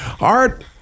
Art